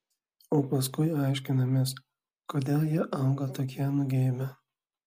o paskui aiškinamės kodėl jie auga tokie nugeibę